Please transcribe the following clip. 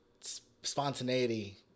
spontaneity